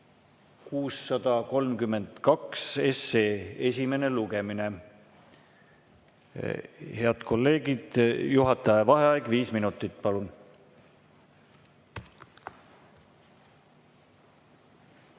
632 esimene lugemine. Head kolleegid, juhataja vaheaeg viis minutit.